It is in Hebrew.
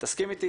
תסכים איתי,